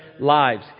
lives